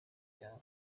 byawe